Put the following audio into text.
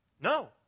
No